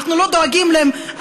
אנחנו לא דואגים להם,